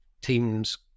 Teams